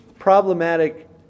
problematic